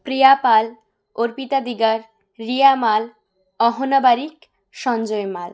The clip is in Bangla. প্রিয়া পাল অর্পিতা দিগার রিয়া মাল অহনা বারিক সঞ্জয় মাল